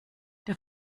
der